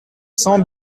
cents